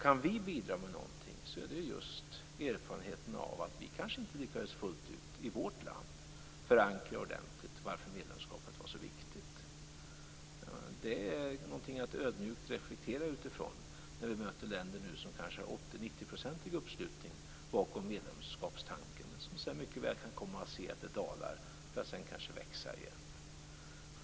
Kan vi bidra med någonting, är det just erfarenheten av att vi i vårt land kanske inte lyckades fullt ut förankra ordentligt varför medlemskapet var så viktigt. Detta är någonting att ödmjukt reflektera utifrån när vi nu möter länder som kanske har 80-90 % uppslutning bakom medlemskapstanken, men som sedan mycket väl kan komma att se att den dalar för att sedan växa igen.